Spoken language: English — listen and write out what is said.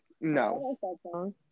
no